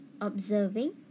observing